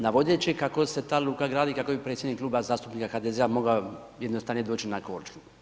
Navodeći kako se ta luka gradi, kako bi predsjednik Kluba zastupnika HDZ-a mogao jednostavnije doći na Korčulu.